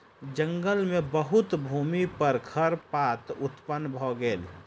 जंगल मे बहुत भूमि पर खरपात उत्पन्न भ गेल